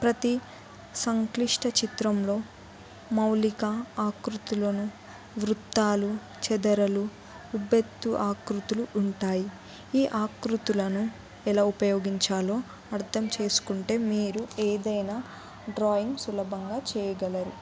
ప్రతి సంక్లిష్ట చిత్రంలో మౌలిక ఆకృతులను వృత్తాలు చదరాలు ఉబ్బెత్తు ఆకృతులు ఉంటాయి ఈ ఆకృతులను ఎలా ఉపయోగించాలో అర్థం చేసుకుంటే మీరు ఏదైనా డ్రాయింగ్ సులభంగా చేయగలరు